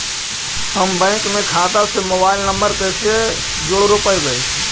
हम बैंक में खाता से मोबाईल नंबर कैसे जोड़ रोपबै?